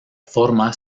forma